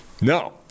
No